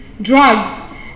drugs